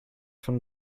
von